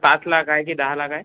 पाच लाख आहे की दहा लाख आहे